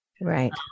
right